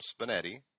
Spinetti